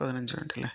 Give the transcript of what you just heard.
പതിനഞ്ചു മിനിറ്റല്ലേ